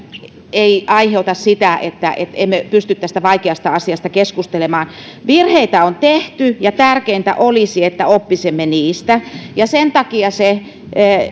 ei aiheuta sitä että emme pysty tästä vaikeasta asiasta keskustelemaan virheitä on tehty ja tärkeintä olisi että oppisimme niistä ja sen takia